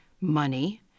money